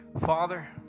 Father